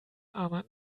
aber